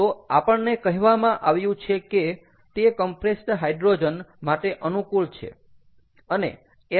તો આપણને કહેવામાં આવ્યું છે કે તે કમ્પ્રેસ્ડ હાઈડ્રોજન માટે અનુકૂળ છે અને એલ